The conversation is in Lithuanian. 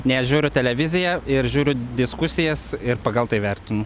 ne aš žiūriu televiziją ir žiūriu diskusijas ir pagal tai vertinu